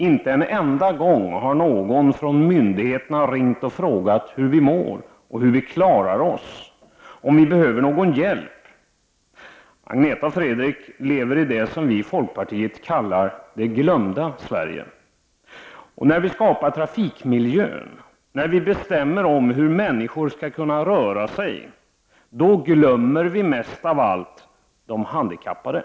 Inte en enda gång har någon från myndigheterna ringt och frågat hur vi mår och hur vi klarar oss, om vi behöver någon hjälp. Agnetha och Fredrik lever i det som vi i folkpartiet kallar det glömda Sverige. När vi skapar trafikmiljön, när vi bestämmer om hur människor skall kunna röra sig, då glömmer vi mest av allt de handikappade.